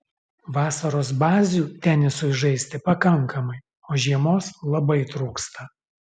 vasaros bazių tenisui žaisti pakankamai o žiemos labai trūksta